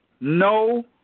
no